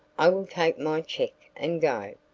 i will take my check and go.